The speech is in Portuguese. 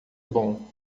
bom